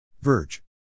Verge